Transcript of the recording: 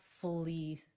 fully